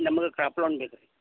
ನಮಗೆ crop loan ಬೇಕು ರೀ